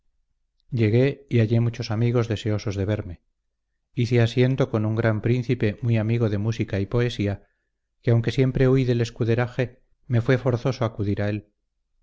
y hallé muchos amigos deseosos de verme hice asiento con un gran príncipe muy amigo de música y poesía que aunque siempre huí del escuderaje me fue forzoso acudir a